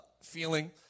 feeling